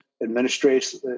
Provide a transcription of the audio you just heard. administration